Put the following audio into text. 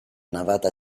navata